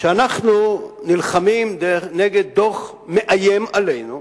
אנחנו נלחמים נגד דוח שמאיים עלינו,